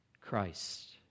Christ